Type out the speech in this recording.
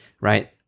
right